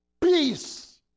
Peace